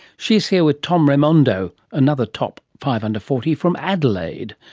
she is here with tom raimondo, another top five under forty from adelaide,